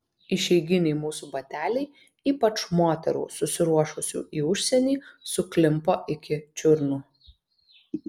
išeiginiai mūsų bateliai ypač moterų susiruošusių į užsienį suklimpo iki čiurnų